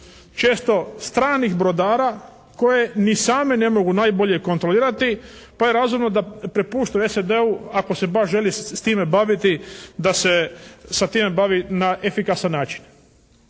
često stranih brodara koje ni same ne mogu najbolje kontrolirati pa je razumno da prepuštaju SAD-u ako se baš želi s time baviti da se sa time bavi na efikasan način.